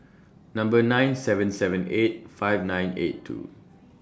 Number nine seven seven eight five nine eight two